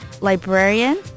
librarian